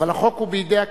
אבל החוק הוא בידי הכנסת.